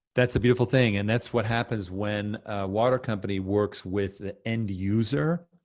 that's a beautiful thing and that's what happens when a water company works with the end user,